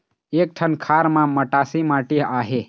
एक ठन खार म मटासी माटी आहे?